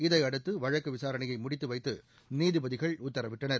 இதையடுத்து வழக்கு விசாரணையை முடித்துவைத்து நீதிபதிகள் உத்தரவிட்டனர்